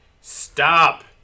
Stop